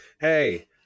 Hey